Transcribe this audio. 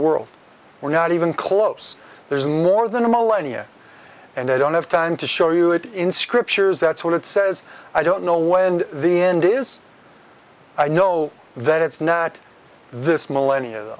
world we're not even close there's more than a millennia and i don't have time to show you it in scriptures that's what it says i don't know when the end is i know that it's not this millenia